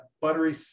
buttery